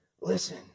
listen